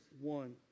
one